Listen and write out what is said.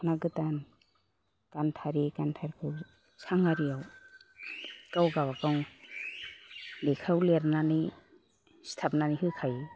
दखना गोदान गानथारि गानथारिखौ साङारिआव गाव गावबागाव लेखायाव लिरनानै सिथाबनानै होखायो